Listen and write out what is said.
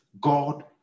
God